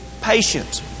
patience